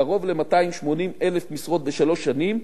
קרוב ל-280,000 משרות בשלוש שנים.